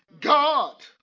God